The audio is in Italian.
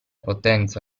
potenza